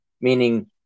meaning